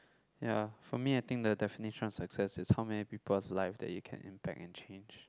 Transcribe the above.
ya for me I think the definition of success is how many people lives that you can impact and change